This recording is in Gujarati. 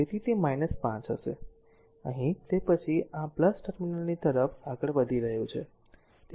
તેથી તે 5 હશે અહીં તે પછી આ ટર્મિનલની તરફ આગળ વધી રહ્યું છે